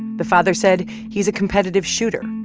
the father said he's a competitive shooter,